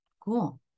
Cool